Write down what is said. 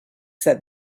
said